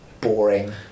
boring